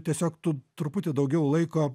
tiesiog tu truputį daugiau laiko